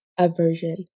aversion